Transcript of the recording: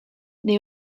neu